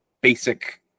basic